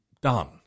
done